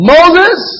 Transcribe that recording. Moses